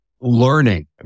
learning